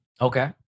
Okay